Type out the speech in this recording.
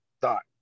thought